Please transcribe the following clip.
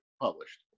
published